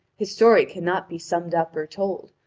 his story cannot be summed up or told,